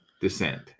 descent